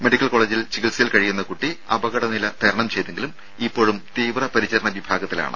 medical കോളേജിൽ ചികിത്സയിൽ കഴിയുന്ന കുട്ടി അപകടനില തരണം ചെയ്തെങ്കിലും ഇപ്പോഴും തീവ്ര പരിചരണ വിഭാഗത്തിലാണ്